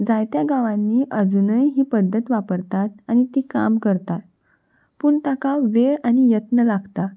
जायत्या गांवांनी अजुनूय ही पद्दत वापरतात आनी ती काम करतात पूण ताका वेळ आनी यत्न लागता